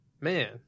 Man